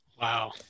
Wow